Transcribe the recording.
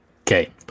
Okay